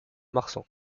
marsan